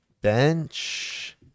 Bench